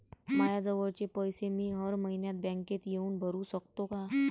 मायाजवळचे पैसे मी हर मइन्यात बँकेत येऊन भरू सकतो का?